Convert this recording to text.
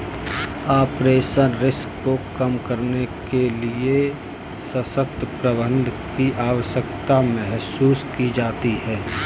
operational risk को कम करने के लिए सशक्त प्रबंधन की आवश्यकता महसूस की जाती है